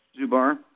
Zubar